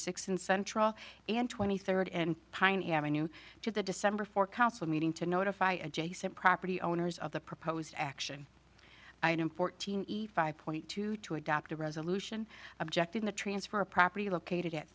six in central and twenty third and pine ave to the december four council meeting to notify adjacent property owners of the proposed action item fourteen five point two two adopt a resolution object in the transfer of property located at